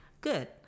Good